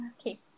okay